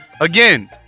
Again